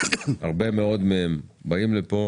רבים מהם באים לכאן